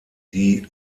die